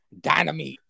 Dynamite